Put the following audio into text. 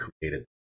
created